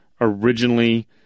originally